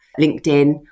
LinkedIn